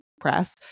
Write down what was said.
press